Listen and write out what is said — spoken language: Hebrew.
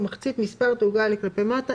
ומחצית מספר תעוגל כלפי מטה.